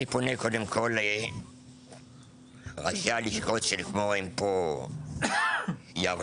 אני פונה קודם כל לראשי הלשכות שהם פה, יריב